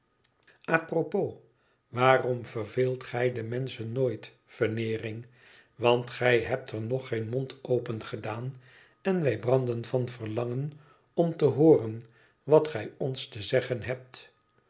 propos waarom verveelt gij de menschen nooit veneering want gij hebt er nog geen mond opengedaan en wij branden van verlangen om te hooren wat gij ons te zeggen hebt